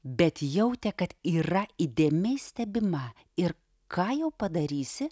bet jautė kad yra įdėmiai stebima ir ką jau padarysi